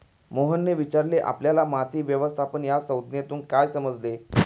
मोहनने विचारले आपल्याला माती व्यवस्थापन या संज्ञेतून काय समजले?